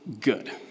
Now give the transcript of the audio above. good